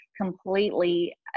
completely